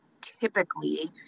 typically